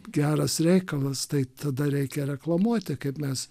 geras reikalas tai tada reikia reklamuoti kaip mes